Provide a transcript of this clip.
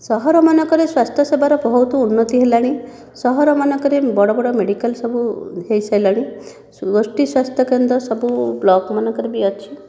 ସହର ମାନଙ୍କରେ ସ୍ୱାସ୍ଥ୍ୟ ସେବାରେ ବହୁତ ଉନ୍ନତି ହେଲାଣି ସହରମାନଙ୍କରେ ବଡ଼ ବଡ଼ ମେଡ଼ିକାଲ ସବୁ ହୋଇସାରିଲାଣି ଗୋଷ୍ଠୀ ସ୍ୱାସ୍ଥ୍ୟକେନ୍ଦ୍ର ସବୁ ବ୍ଲକମାନଙ୍କରେ ବି ଅଛି